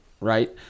Right